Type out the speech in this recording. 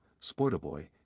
Sportaboy